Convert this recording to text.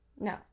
No